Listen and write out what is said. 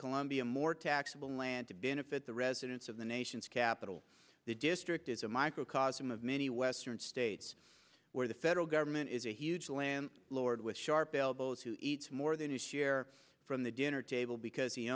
columbia more taxable land to benefit the residents of the nation's capital the district is a microcosm of many western states where the federal government is a huge land lord with sharp elbows who eats more than his share from the dinner table because he